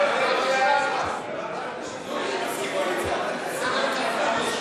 אבל למה,